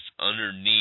underneath